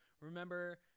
Remember